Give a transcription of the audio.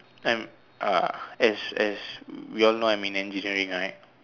I'm uh as as we all know I'm in engineering right